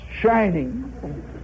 shining